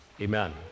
Amen